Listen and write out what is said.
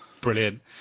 Brilliant